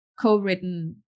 co-written